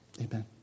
Amen